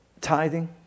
tithing